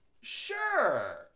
sure